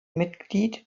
mitglied